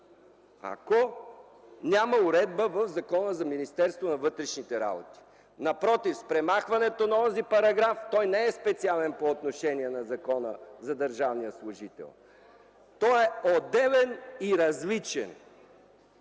ако няма уредба в Закона за Министерството на вътрешните работи. Напротив, с премахването на онзи параграф той не е специален по отношение на Закона за държавния служител. Той е отделен и различен.